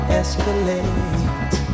escalate